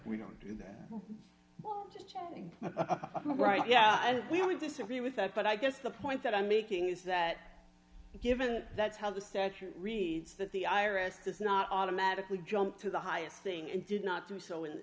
we don't do that just right yeah and we we disagree with that but i guess the point that i'm making is that given that that's how the statute reads that the i r s does not automatically jump to the highest thing and did not do so in